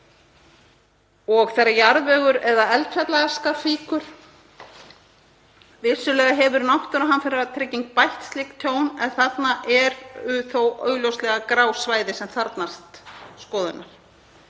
og þegar jarðvegur eða eldfjallaaska fýkur. Vissulega hefur náttúruhamfaratrygging bætt slík tjón en þarna eru þó augljóslega grá svæði sem þarfnast skoðunar.